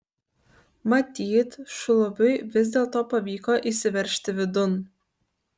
matyt šlubiui vis dėlto pavyko įsiveržti vidun